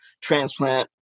transplant